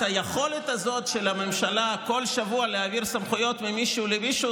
היכולת הזאת של הממשלה להעביר כל שבוע סמכויות ממישהו למישהו,